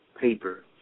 paper